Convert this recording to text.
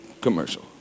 commercial